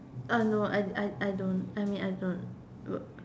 no I I I don't I mean I don't